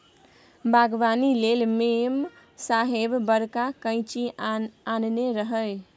बागबानी लेल मेम साहेब बड़का कैंची आनने रहय